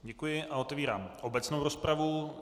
Děkuji a otevírám obecnou rozpravu.